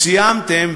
סיימתם,